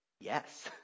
Yes